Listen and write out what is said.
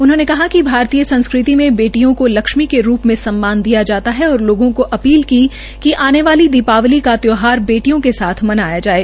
उन्होंने कहा कि भारतीय संस्कृति में बेटियों को लक्षमी के रूप में सम्मान दिया जाता है और लोगों को अपील की कि आने वाला दीपावली का त्यौहार बेटियों के साथ मनाया जाये